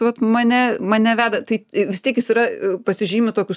vat mane mane veda tai vis tiek jis yra pasižymi tokius